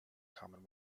common